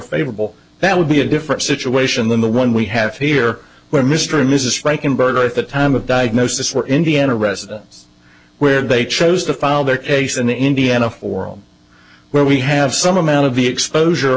favorable that would be a different situation than the one we have here where mr and mrs rankin burger at the time of diagnosis were indiana residents where they chose to file their case in indiana or world where we have some amount of the exposure